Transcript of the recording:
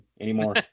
anymore